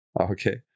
Okay